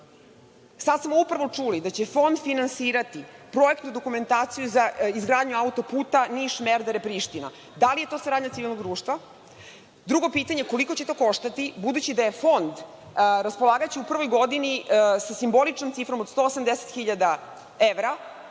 Sada smo upravo čuli da će Fond finansirati projektnu dokumentaciju za izgradnju autoputa Niš-Merdare-Priština. Da li je to saradnja civilnog društva? Drugo pitanje – koliko će to koštati, budući da će Fond raspolagati u prvoj godini sa simboličnom cifrom od 180.000 evra?